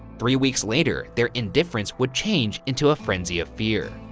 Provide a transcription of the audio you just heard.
three weeks later, their indifference would change into a frenzy of fear.